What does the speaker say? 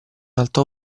alto